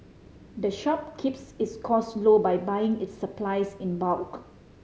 the shop keeps its cost low by buying its supplies in bulk